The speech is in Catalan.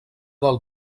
del